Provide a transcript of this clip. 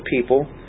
people